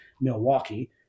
Milwaukee